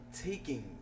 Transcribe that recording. taking